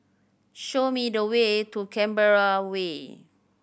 show me the way to Canberra Way